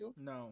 No